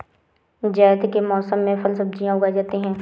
ज़ैद के मौसम में फल सब्ज़ियाँ उगाई जाती हैं